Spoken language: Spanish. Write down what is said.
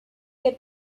que